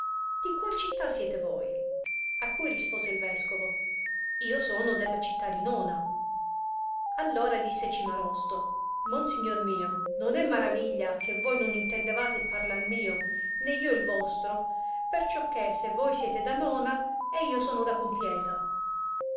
di qual città sete voi a cui rispose il vescovo io sono della città di nona ah ora disse cimarosto monsignor mio non è maraviglia se voi non intendevate il parlar mio né io il vostro perciò che se voi sete da nona e io sono da compieta